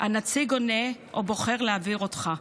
הנציג עונה או בוחר להעביר אותך.